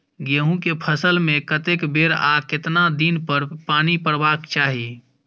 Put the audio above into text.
गेहूं के फसल मे कतेक बेर आ केतना दिन पर पानी परबाक चाही?